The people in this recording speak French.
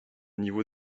niveau